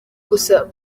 gusa